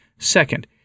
Second